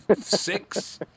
six